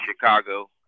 Chicago